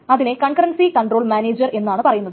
അതിനെ concurrency control manager എന്നാണ് പറയുന്നത്